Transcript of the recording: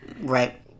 Right